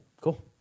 cool